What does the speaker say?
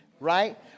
Right